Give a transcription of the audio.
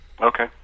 Okay